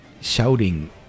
shouting